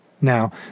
Now